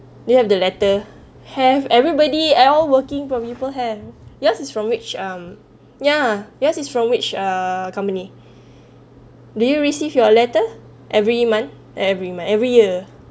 do you have the letter have everybody el working primeval have yours is from which um ya yours is from which a company do you receive your letter every month eh every month every year